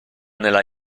nella